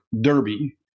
Derby